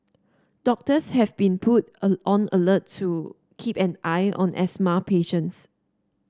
doctors have been put a on alert to keep an eye on asthma patients